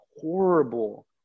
horrible